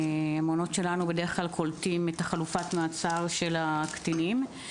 המעונות שלנו בדרך כלל קולטים את חלופת המעצר של הקטינים.